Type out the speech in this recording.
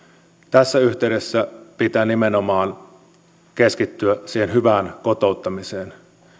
tässä yhteydessä pitää nimenomaan keskittyä siihen hyvään kotouttamiseen